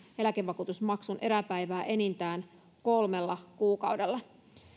eläkevakuutusmaksun eräpäivää enintään kolmella kuukaudella